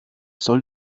soll